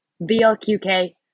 blqk